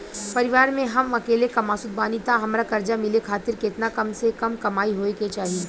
परिवार में हम अकेले कमासुत बानी त हमरा कर्जा मिले खातिर केतना कम से कम कमाई होए के चाही?